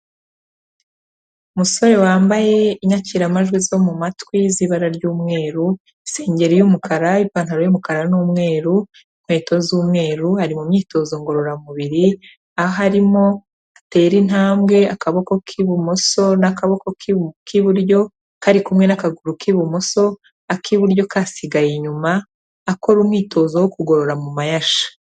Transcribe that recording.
Musore wambaye inyakiramajwi zo mu matwi z'ibara ry'umweru, isengeri y'umukara, ipantaro y'umukara n'umweru, inkweto z'umweru, ari mu myitozo ngororamubiri, aho arimo atera intambwe akaboko k'ibumoso n'akaboko k'iburyo kari kumwe n'akaguru k'ibumoso ak'iburyo kasigaye inyuma, akora umwitozo wo kugorora mu mayasha.